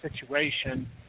situation